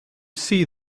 see